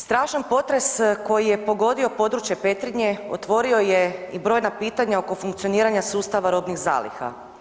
Strašan potres koji je pogodio područje Petrinje, otvorio je i brojna pitanja oko funkcioniranja sustava robnih zaliha.